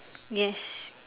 yes